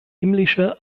himmlische